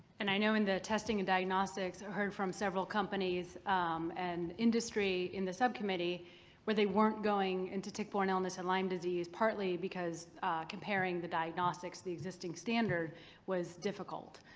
and i know in the testing and diagnostics i heard from several companies and industry in the subcommittee where they weren't going into tick-borne illness and lyme disease partly because comparing the diagnostics to the existing standard was difficult.